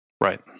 Right